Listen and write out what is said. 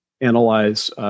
analyze